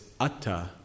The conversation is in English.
Atta